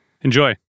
Enjoy